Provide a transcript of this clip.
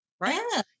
right